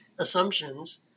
assumptions